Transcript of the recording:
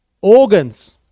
organs